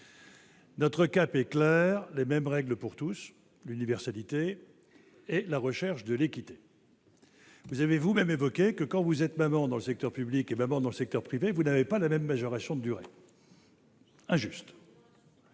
Notre cap est clair : les mêmes règles pour tous, l'universalité et la recherche de l'équité. Vous l'avez souligné, quand vous êtes maman dans le secteur public ou dans le secteur privé, vous ne bénéficiez pas de la même majoration de durée. C'est